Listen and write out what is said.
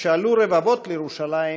כשעלו רבבות לירושלים,